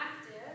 active